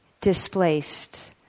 displaced